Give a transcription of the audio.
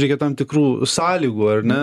reikia tam tikrų sąlygų ar ne